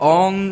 on